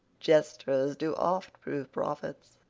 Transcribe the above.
jesters do oft prove prophets.